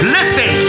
Listen